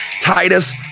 Titus